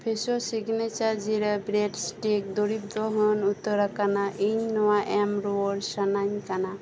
Fresho signature jeera bread sticks ᱫᱩᱨᱤᱵᱽ ᱫᱚ ᱦᱟᱹᱱ ᱩᱛᱟᱹᱨ ᱟᱠᱟᱱᱟ ᱤᱧ ᱱᱚᱶᱟ ᱮᱢ ᱨᱩᱣᱟᱹᱲ ᱥᱟᱱᱟᱧ ᱠᱟᱱᱟ